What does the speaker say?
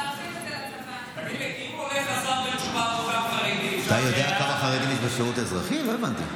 הייצוג ההולם יהיה שווה ערך לשירות בצבא או לשירות הלאומי.